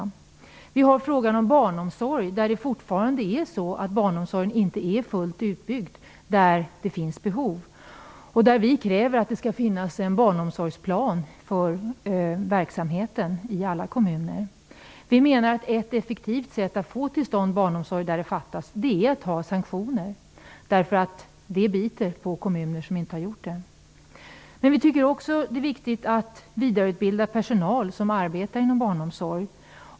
Det gäller t.ex. frågan om barnomsorg. Barnomsorgen är fortfarande inte helt utbyggd där det finns behov. Vi kräver att det skall finnas en barnomsorgsplan för verksamheten i alla kommuner. Vi menar att ett effektivt sätt att få till stånd sådant där det fattas är att införa sanktioner, eftersom det biter på kommunerna. Vi tycker också att det är viktigt att vidareutbilda personal som arbetar inom barnomsorg.